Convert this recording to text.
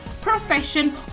profession